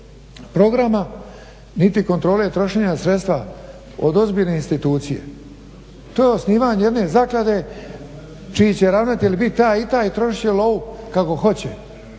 programa niti kontrole trošenja sredstva od ozbiljne institucije. To je osnivanje jedne zaklade čiji će ravnatelj biti taj i taj i trošit će lovu kako hoće.